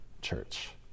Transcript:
church